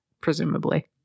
presumably